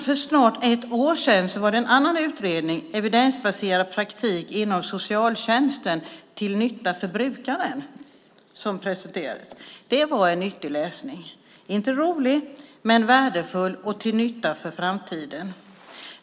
För snart ett år sedan presenterades en annan utredning, Evidensbaserad praktik inom socialtjänsten - till nytta för brukaren . Det var nyttig läsning, inte rolig, men värdefull och till nytta för framtiden.